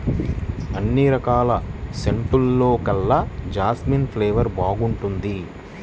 అన్ని రకాల సెంటుల్లోకెల్లా జాస్మిన్ ఫ్లేవర్ బాగుంటుంది